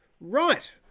Right